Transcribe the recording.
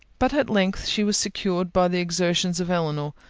but at length she was secured by the exertions of elinor,